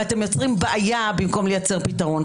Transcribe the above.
ואתם יוצרים בעיה במקום לייצר פתרון.